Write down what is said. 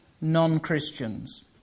non-Christians